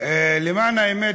למען האמת,